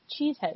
Cheesehead